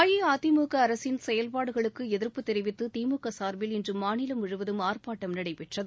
அஇஅதிமுகஅரசின் செயல்பாடுகளுக்குஎதிா்ப்பு தெரிவித்துதிமுகசாா்பில் இன்றுமாநிலம் முழுவதும் ஆர்ப்பாட்டம் நடைபெற்றது